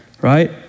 right